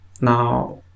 Now